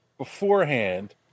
beforehand